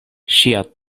ŝia